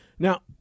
Now